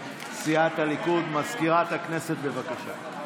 מזכירת הכנסת, בבקשה.